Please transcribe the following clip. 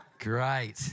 Great